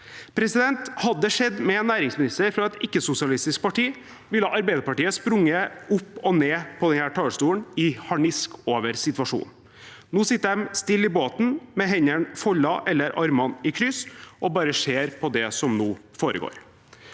tro. Hadde dette skjedd med en næringsminister fra et ikke-sosialistisk parti, ville Arbeiderpartiet sprunget opp og ned på denne talerstolen i harnisk over situasjonen. Nå sitter de stille i båten med hendene foldet eller armene i kryss og bare ser på det som nå foregår.